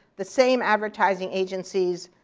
the same advertising agencies,